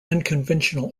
unconventional